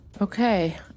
Okay